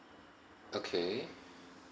okay